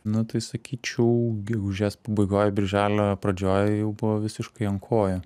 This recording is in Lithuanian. nu tai sakyčiau gegužės pabaigoj birželio pradžioj jau buvau visiškai ant kojų